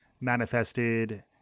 manifested